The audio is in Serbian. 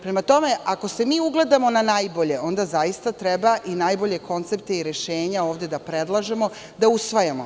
Prema tome, ako se mi ugledamo na najbolje, onda zaista treba najbolje koncepte i rešenja ovde da predlažemo, da usvojimo.